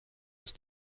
ist